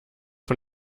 von